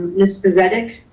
mr. redick,